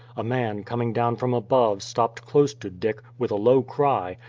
a man coming down from above stopped close to dick, with a low cry,